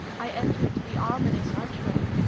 i entered the ominous archway.